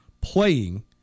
playing